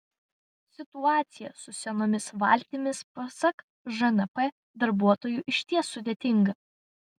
situacija su senomis valtimis pasak žnp darbuotojų išties sudėtinga